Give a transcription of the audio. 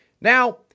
Now